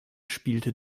spielte